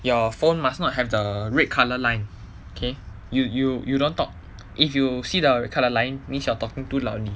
your phone must not have the red colour line okay you you you don't talk if you see the red colour line means you're talking too loudly